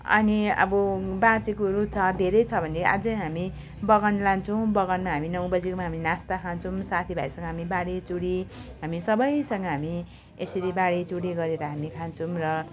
अनि अब बाँचेकोहरू छ धेरै छ भने अझै हामी बगान लान्छौँ बगानमा हामी नौ बजीमा हामी नास्ता खान्छौँ साथीभाइसँग हामी बाँडीचुँडी हामी सबैसँग हामी यसरी बाँडीचुँडी गरेर हामी खान्छौँ र